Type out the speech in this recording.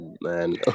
man